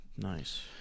Nice